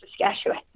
Saskatchewan